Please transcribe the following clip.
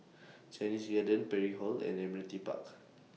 Chinese Garden Parry Hall and Admiralty Park